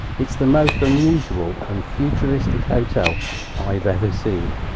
it's the most unusual and futuristic hotel i've ever seen.